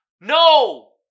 No